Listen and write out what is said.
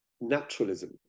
naturalism